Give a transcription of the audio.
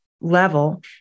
level